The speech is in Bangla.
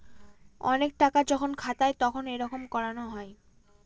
অনেক টাকা যখন খাতায় তখন এইরকম করানো হয়